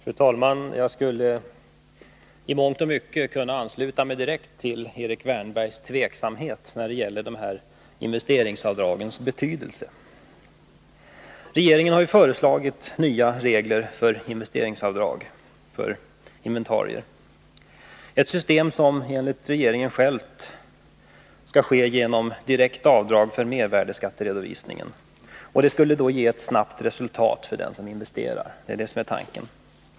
Fru talman! Jag skulle i mångt och mycket direkt kunna ansluta mig till Erik Wärnbergs tveksamhet när det gäller investeringsavdragens betydelse. Regeringen har ju föreslagit nya regler för investeringsavdrag för inventarier. Enligt propositionen skall avdrag direkt göras från mervärdeskatteredovisningen. Det skulle ge snabbt resultat för den som investerar — det är tanken.